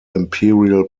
imperial